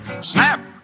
Snap